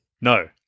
No